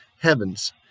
heavens